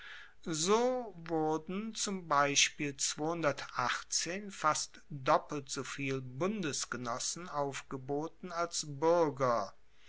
so wurden zum beispiel fast doppelt soviel bundesgenossen aufgeboten als buerger